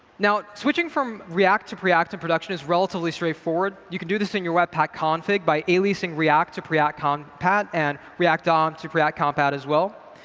now, switching from react to preact in production is relatively straightforward. you can do this in your webpack config by aliasing react to preact compat, and react dom to preact compat as well.